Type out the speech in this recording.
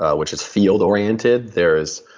ah which is field-oriented. there is